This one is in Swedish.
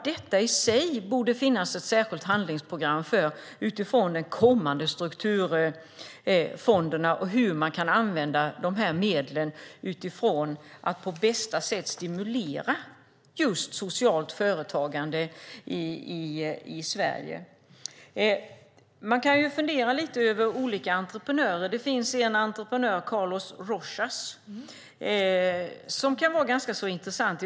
Det borde finnas ett särskilt handlingsprogram för hur man kan använda de kommande strukturfonderna och de medlen för att på bästa sätt stimulera socialt företagande i Sverige. Man kan fundera lite på olika entreprenörer. Det finns en entreprenör, Carlos Rojas, som är ganska intressant.